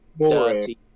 dirty